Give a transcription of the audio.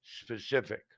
specific